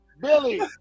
Billy